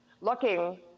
looking